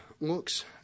looks